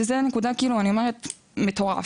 שזה נקודה, אני אומרת, מטורף.